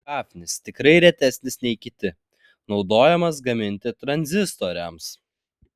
hafnis tikrai retesnis nei kiti naudojamas gaminti tranzistoriams